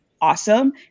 awesome